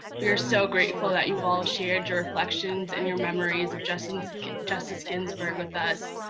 we are so grateful that you all shared your reflections and your memories of justice justice ginsburg with us.